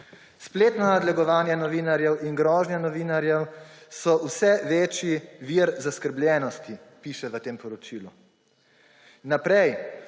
Spletno nadlegovanje novinarjev in grožnje novinarjem so vse večji vir zaskrbljenosti, piše v tem poročilu. Naprej,